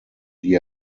die